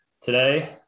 Today